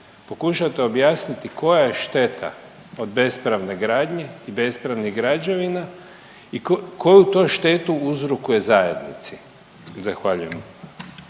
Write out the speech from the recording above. pokušajte objasniti koja je šteta od bespravne gradnje i bespravnih građevina i koju to štetu uzrokuje zajednici? Zahvaljujem.